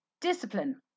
discipline